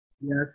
yes